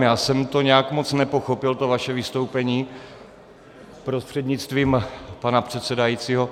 Já jsem to nějak moc nepochopil to vaše vystoupení prostřednictvím pana předsedajícího.